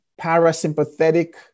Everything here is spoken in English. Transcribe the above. parasympathetic